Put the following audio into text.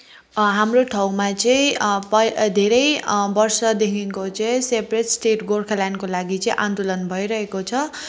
हाम्रो ठाउँमा चाहिँ पइ धेरै वर्षदेखिको चाहिँ सेपरेट स्टेट गोर्खाल्यान्डको लागि चाहिँ आन्दोलन भइरहेको छ